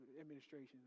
administration